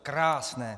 Krásné.